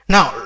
Now